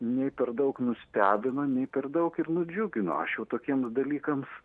nei per daug nustebino nei per daug ir nudžiugino aš jau tokiems dalykams